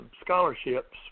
scholarships